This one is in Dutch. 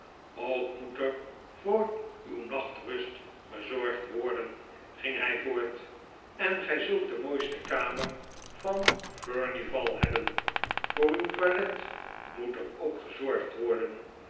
ook moet er voor uwe nachtrust gezorgd worden ging hy voort en gy zult de mooiste kamer van furnival hebben voor uw toilet moet er ook gezorgd worden